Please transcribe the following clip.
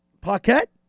Paquette